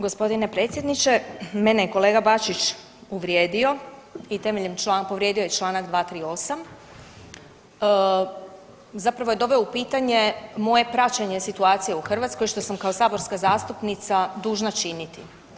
Gospodine predsjedniče, mene je kolega Bačić uvrijedio i temeljem, povrijedio je čl. 238., zapravo je doveo u pitanje moje praćenje situacije u Hrvatskoj što sam kao saborska zastupnica dužna činiti.